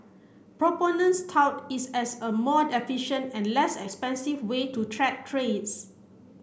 proponents tout is as a more efficient and less expensive way to track trades